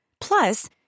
Plus